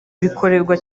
bikorerwa